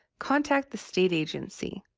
contact the state agency.